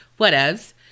whatevs